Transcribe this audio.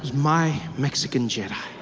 my mexican jedi.